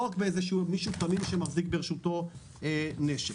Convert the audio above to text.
לא רק מישהו תמים שמחזיק ברשותו נשק.